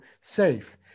Safe